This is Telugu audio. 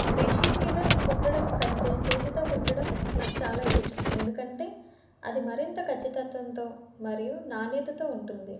మెషిన్ మీద కుట్టడం కంటే చేతితో కుట్టడం నాకు చాలా ఇష్టం ఎందుకంటే అది మరింత ఖచ్చితత్వంతో మరియు నాణ్యతతో ఉంటుంది